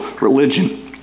religion